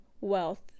wealth